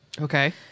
Okay